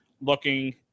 looking